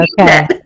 Okay